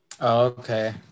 Okay